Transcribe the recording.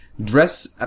dress